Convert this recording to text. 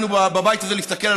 תקשיב לי.